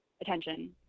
attention